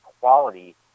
quality